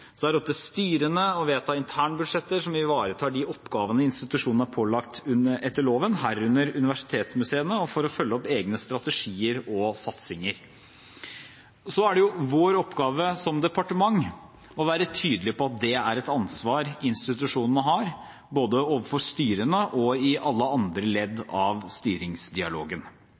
er opp til styrene å vedta internbudsjetter som ivaretar de oppgavene institusjonene er pålagt etter loven, herunder universitetsmuseene, og for å følge opp egne strategier og satsinger. Og så er det vår oppgave som departement å være tydelig på at det er et ansvar institusjonene har, både overfor styrene og i alle andre ledd